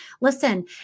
Listen